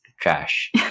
trash